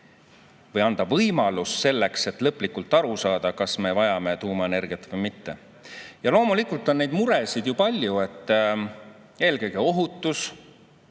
või anda võimalus selleks, et lõplikult aru saada, kas me vajame tuumaenergiat või mitte. Loomulikult on neid muresid palju. Eelkõige ohutus.